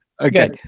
Okay